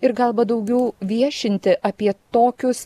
ir galba daugiau viešinti apie tokius